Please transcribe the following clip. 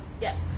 Yes